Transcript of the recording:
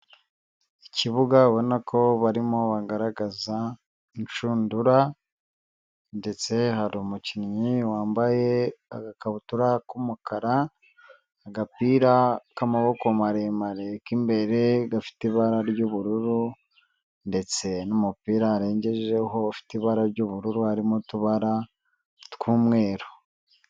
Ikibuga ubona ko barimo bagaragaza inshundura ndetse hari umukinnyi wambaye agakabutura k'umukara agapira k'amaboko maremare k'imbere gafite ibara ry'ubururu ndetse n'umupira arengejeho ufite ibara ry'ubururu harimo utubara tw'umweru.